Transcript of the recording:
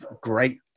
great